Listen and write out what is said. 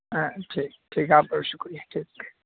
ہاں ٹھیک ٹھیک آپ کا بھی شکریہ ٹھیک